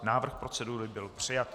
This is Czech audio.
Návrh procedury byl přijat.